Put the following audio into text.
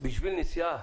בשביל נסיעה